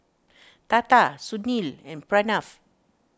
Tata Sunil and Pranav